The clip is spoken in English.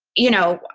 you know,